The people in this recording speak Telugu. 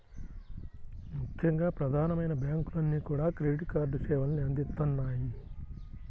ముఖ్యంగా ప్రధానమైన బ్యాంకులన్నీ కూడా క్రెడిట్ కార్డు సేవల్ని అందిత్తన్నాయి